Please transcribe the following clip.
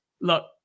Look